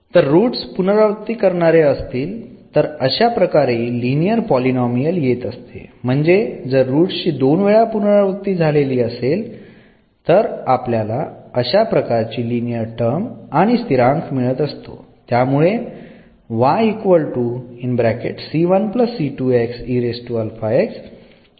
तर रूट्स पुनरावृत्ती करणारे असतील तर अशा प्रकारे लिनियर पॉलीनोमियल येत असते म्हणजे जर रुट्स ची दोन वेळा पुनरावृत्ती झाली असेल तर आपल्याला अशा प्रकारची लिनियर टर्म आणि स्थिरांक मिळत असतो